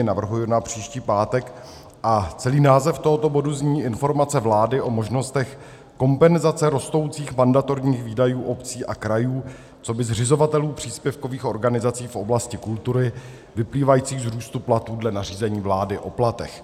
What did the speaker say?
Navrhuji ho na příští pátek a celý název tohoto bodu zní Informace vlády o možnostech kompenzace rostoucích mandatorních výdajů obcí a krajů coby zřizovatelů příspěvkových organizací v oblasti kultury vyplývající z růstu platů dle nařízení vlády o platech.